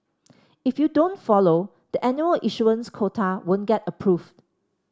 if you don't follow the annual issuance quota won't get approved